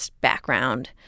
background